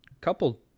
couple